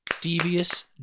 devious